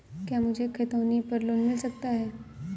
क्या मुझे खतौनी पर लोन मिल सकता है?